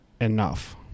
enough